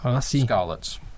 Scarlet's